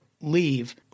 leave